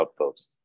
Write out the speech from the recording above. upvotes